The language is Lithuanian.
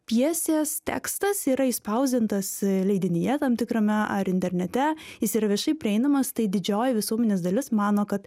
pjesės tekstas yra išspausdintas leidinyje tam tikrame ar internete jis yra viešai prieinamas tai didžioji visuomenės dalis mano kad